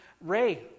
Ray